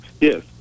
Yes